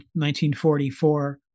1944